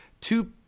two